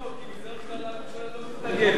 לא, כי בדרך כלל הממשלה לא מתנגדת.